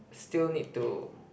still need to